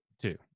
Two